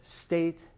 state